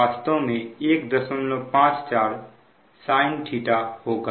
वास्तव में 154 sin होगा